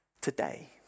Today